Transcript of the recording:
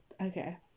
Okay